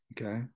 Okay